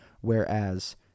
whereas